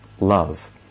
love